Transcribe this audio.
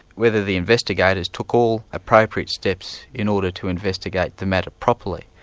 whether the investigators took all appropriate steps in order to investigate the matter properly.